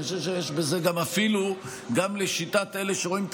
אני חושב שגם לשיטת אלה שרואים את